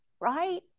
right